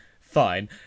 fine